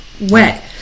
wet